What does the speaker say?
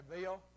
Bill